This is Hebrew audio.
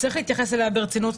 צריך להתייחס אליה ברצינות,